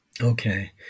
Okay